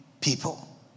people